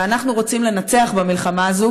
ואנחנו רוצים לנצח במלחמה הזאת,